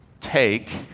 take